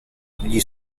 gli